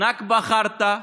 "נכבה חרטא",